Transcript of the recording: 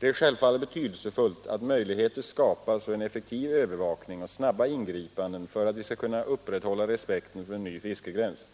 Det är självfallet betydelsefullt att möjligheter skapas för en effektiv övervakning och snabba ingripanden för att vi skall kunna upprätthålla respekten för en ny fiskegräns.